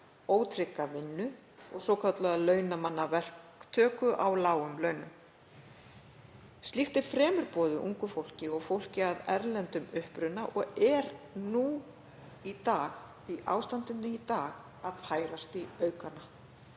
ótrygga vinnu og svokallaða launamannaverktöku á lágum launum. Slíkt er fremur boðið ungu fólki og fólki af erlendum uppruna og er í ástandinu í dag að færast í aukana.